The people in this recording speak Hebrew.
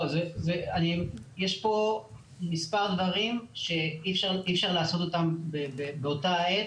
יש פה מספר דברים שלא ניתן לעשות אותם באותה העת